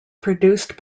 produced